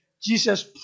Jesus